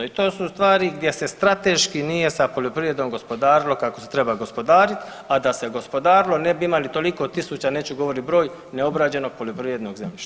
I to su stvari gdje se strateški nije sa poljoprivredom gospodarilo kako se treba gospodariti, a da se gospodarilo ne bi imali toliko tisuća neću govoriti broj neobrađenog poljoprivrednog zemljišta.